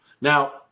now